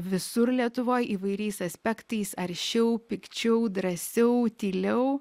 visur lietuvoj įvairiais aspektais aršiau pikčiau drąsiau tyliau